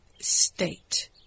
State